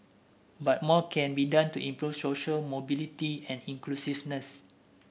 but more can be done to improve social mobility and inclusiveness